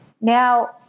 Now